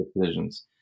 decisions